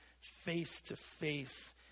face-to-face